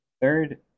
third